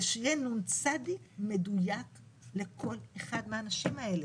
שיהיה נ"צ מדויק לכל אחד מהאנשים האלה,